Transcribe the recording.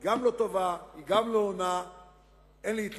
היא גם לא טובה, היא גם לא עונה.